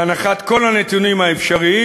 להנחת כל הנתונים האפשריים.